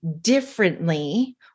differently